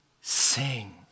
sing